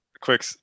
quick